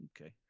okay